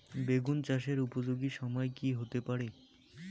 বেগুন চাষের উপযোগী সময় কি হতে পারে?